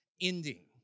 ending